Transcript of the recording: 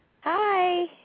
Hi